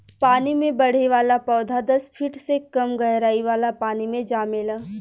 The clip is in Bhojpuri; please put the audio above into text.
पानी में बढ़े वाला पौधा दस फिट से कम गहराई वाला पानी मे जामेला